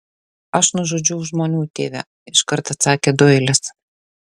aš nužudžiau žmonių tėve iškart atsakė doilis